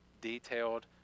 detailed